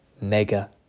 Mega